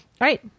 right